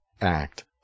act